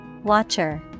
Watcher